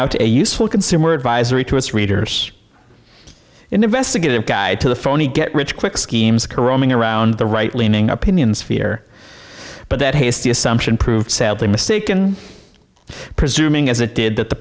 out a useful consumer advisory to its readers investigative guide to the phony get rich quick schemes corroding around the right leaning opinions fear but that hasty assumption proved sadly mistaken presuming as it did that the